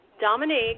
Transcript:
Dominique